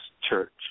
Church